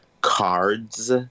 cards